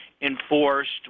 enforced